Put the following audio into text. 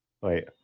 Wait